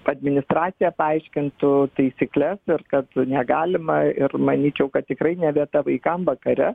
administracija paaiškintų taisykles ir kad negalima ir manyčiau kad tikrai ne vieta vaikam vakare